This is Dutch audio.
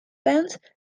bent